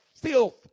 filth